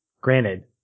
Granted